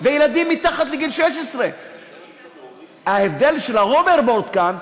וילדים מתחת לגיל 16. ההבדל של ההוברבורד כאן,